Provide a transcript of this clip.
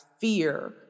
fear